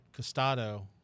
costado